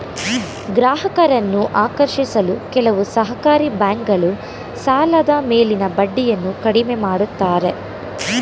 ಗ್ರಾಹಕರನ್ನು ಆಕರ್ಷಿಸಲು ಕೆಲವು ಸಹಕಾರಿ ಬ್ಯಾಂಕುಗಳು ಸಾಲದ ಮೇಲಿನ ಬಡ್ಡಿಯನ್ನು ಕಡಿಮೆ ಮಾಡುತ್ತಾರೆ